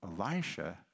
Elisha